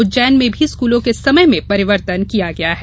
उज्जैन में भी स्कूलों के समय में परिर्वतन किया गया है